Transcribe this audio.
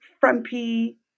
frumpy